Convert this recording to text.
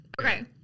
Okay